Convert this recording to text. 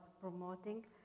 promoting